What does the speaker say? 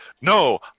No